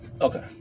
Okay